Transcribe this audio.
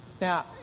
Now